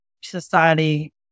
society